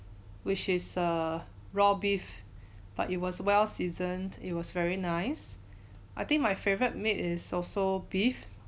which is a raw beef but it was well seasoned it was very nice I think my favorite meat is also beef